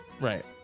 right